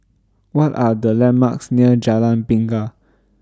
What Are The landmarks near Jalan Bingka